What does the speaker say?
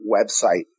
website